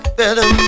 better